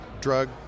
drug